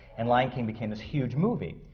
and lion king became this huge movie.